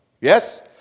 Yes